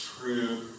true